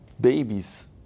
babies